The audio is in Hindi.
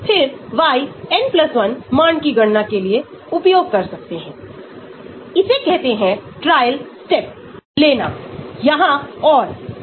यह एक सुधार कारक है जिसे ध्रुवीकरण के लिए अपवर्तन सुधार कारक का सूचकांक कहा जाता है इसे अपवर्तन का सूचकांक कहा जाता है